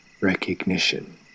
recognition